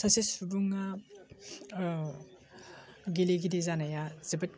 सासे सुबुङा गेलेगिरि जानाया जोबोद